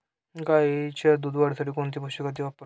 गाईच्या दूध वाढीसाठी कोणते पशुखाद्य वापरावे?